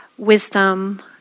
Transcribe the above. Wisdom